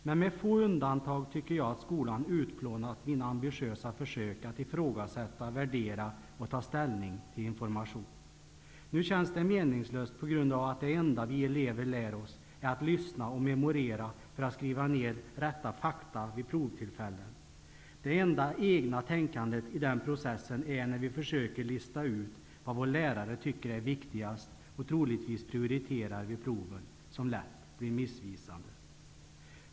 Men med få undantag tycker jag att skolan utplånat mina ambitiösa försök att ifrågasätta, värdera och ta ställning till information. Nu känns det meningslöst på grund av att det enda vi elever lär oss är att lyssna och memorera för att skriva ned rätta fakta vid provtillfällen. Det enda egna tänkandet i den processen är när vi försöker lista ut vad vår lärare tycker är viktigast och troligtvis prioriterar vid proven, som lätt blir missvisande.